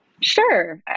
Sure